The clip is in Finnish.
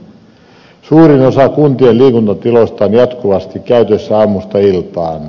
suurin osa kuntien liikuntatiloista on jatkuvasti käytössä aamusta iltaan